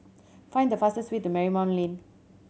find the fastest way to Marymount Lane